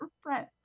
friend